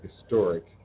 historic